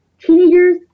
teenagers